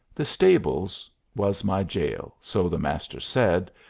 the stables was my jail, so the master said,